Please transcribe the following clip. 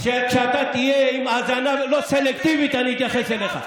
כשאתה תהיה עם האזנה לא סלקטיבית אני אתייחס אליך.